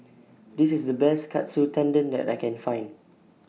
This IS The Best Katsu Tendon that I Can Find